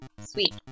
Sweet